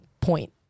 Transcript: point